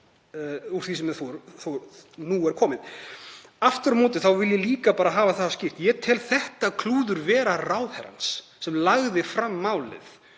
úr því sem komið er. Aftur á móti vil ég líka bara hafa það skýrt: Ég tel þetta klúður vera ráðherrans sem lagði fram málið